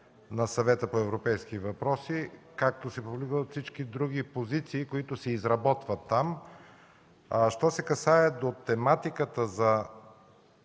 на Съвета по европейски въпроси, както се публикуват всички други позиции, които се изработват там. Що се касае до тематиката,